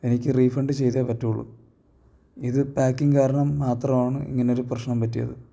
എനിക്ക് റീഫണ്ട് ചെയ്തേ പറ്റുകയുള്ളൂ ഇത് പാക്കിങ് കാരണം മാത്രമാണ് ഇങ്ങനൊരു പ്രശ്നം പറ്റിയത്